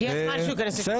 הגיע הזמן שהוא ייכנס לשיפוצים.